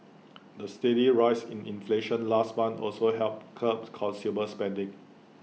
the steady rise in inflation last month also helped curb consumer spending